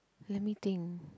let me think